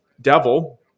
devil